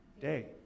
day